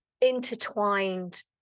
intertwined